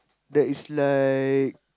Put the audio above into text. that is like